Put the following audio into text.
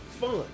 fun